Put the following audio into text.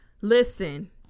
Listen